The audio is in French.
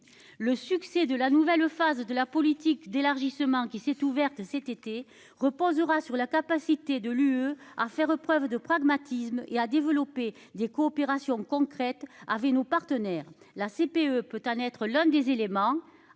Le succès de la nouvelle phase de la politique d'élargissement qui s'est ouverte cet été reposera sur la capacité de l'UE à faire preuve de pragmatisme et à développer des coopérations concrètes avait nos partenaires la CPE peut en être l'un des éléments